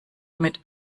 mit